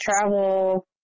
travel